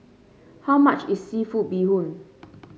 how much is seafood Bee Hoon